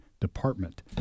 Department